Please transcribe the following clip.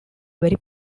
very